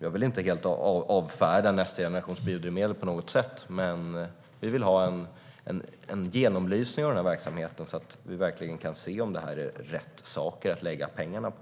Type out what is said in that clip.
Jag vill inte helt avfärda nästa generations biodrivmedel, men vi vill ha en genomlysning av verksamheten så att vi ser om detta verkligen är rätt saker att lägga pengarna på.